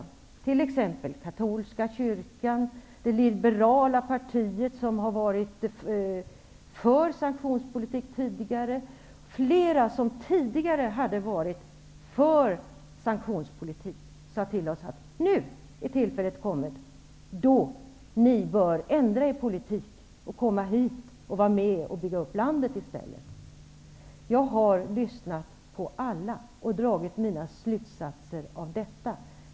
Det gäller t.ex. den katolska kyrkan och det liberala partiet som tidigare har varit för sanktionspolitik. Flera som tidgare hade varit för sanktionspolitik sade till oss att tillfället nu är kommet då ni bör ändra er politik och komma hit och vara med om att bygga upp landet i stället. Jag har lyssnat till alla och dragit mina slutsatser av detta.